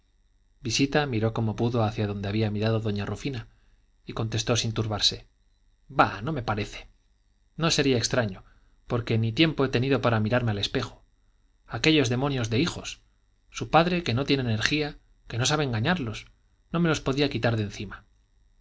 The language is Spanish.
visita miró como pudo hacia donde había mirado doña rufina y contestó sin turbarse bah no me parece pero no sería extraño porque ni tiempo he tenido para mirarme al espejo aquellos demonios de hijos su padre que no tiene energía que no sabe engañarlos no me los podía quitar de encima